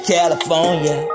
California